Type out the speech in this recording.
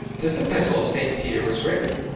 this epistle of st. peter was written,